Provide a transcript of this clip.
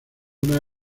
una